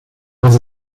als